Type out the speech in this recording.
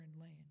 land